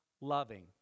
loving